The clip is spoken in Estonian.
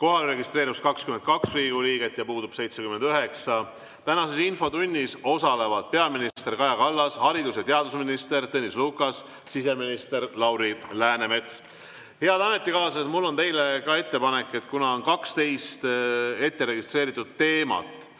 registreerus 22 Riigikogu liiget ja puudub 79.Tänases infotunnis osalevad peaminister Kaja Kallas, haridus‑ ja teadusminister Tõnis Lukas, siseminister Lauri Läänemets. Head ametikaaslased, mul on teile ettepanek. Kuna on 12 ette registreeritud teemat,